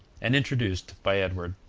and introduced by edward.